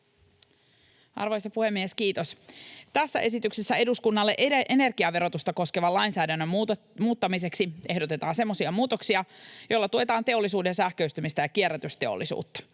Arvoisa puhemies, kiitos! Tässä esityksessä eduskunnalle energiaverotusta koskevan lainsäädännön muuttamiseksi ehdotetaan semmoisia muutoksia, joilla tuetaan teollisuuden sähköistymistä ja kierrätysteollisuutta.